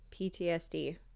PTSD